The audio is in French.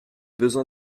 besoin